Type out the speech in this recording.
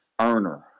earner